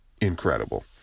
incredible